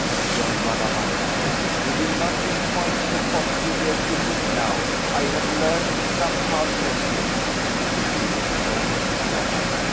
rejoined madame marillac, you will not think quite so positively as you think now. i have learned some hard lessons, she proceeded, turning to stella,